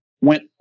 went